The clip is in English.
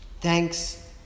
Thanks